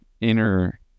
inner